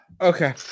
Okay